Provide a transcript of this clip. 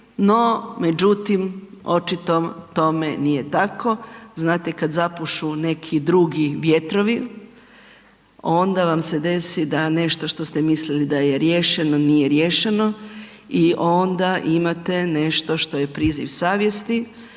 No, međutim očito tome nije tako, znate kad zapušu neki drugi vjetrovi onda vam se desi da nešto što ste mislili da je riješeno, nije riješeno i onda imate nešto što je priziv savjesti,